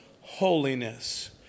holiness